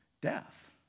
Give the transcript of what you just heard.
death